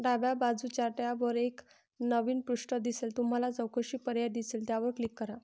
डाव्या बाजूच्या टॅबवर एक नवीन पृष्ठ दिसेल तुम्हाला चौकशी पर्याय दिसेल त्यावर क्लिक करा